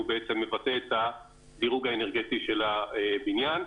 שהוא מבטא את הדירוג האנרגטי של הבניין.